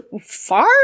far